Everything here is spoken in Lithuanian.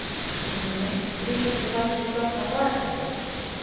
žinai reikia tokios ryškios nakladkės